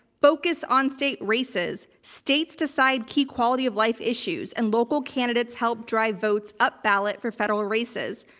focus on state races. states decide key quality of life issues and local candidates help drive votes up ballot for federal races.